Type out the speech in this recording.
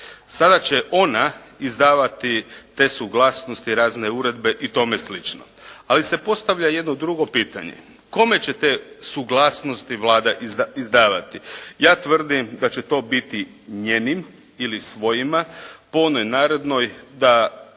Sada će ona izdavati te suglasnosti, razne uredbe i tome slično, ali se postavlja jedno drugo pitanje. Kome će te suglasnosti Vlada izdavati? Ja tvrdim da će to biti njenim ili svojima po onoj narodnoj da